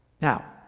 Now